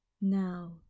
Now